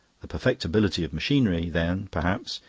the perfectibility of machinery then, perhaps,